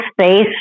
space